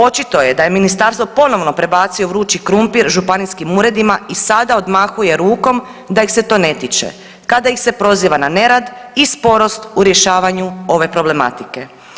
Očito je da je ministarstvo ponovno prebacio vrući krumpir županijskim uredima i sada odmahuje rukom da ih se to ne tiče kada ih se proziva na nerad i sporost u rješavanju ove problematike.